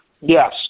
Yes